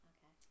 Okay